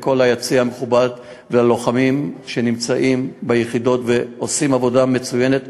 לכל היציע המכובד וללוחמים שנמצאים ביחידות ועושים עבודה מצוינת,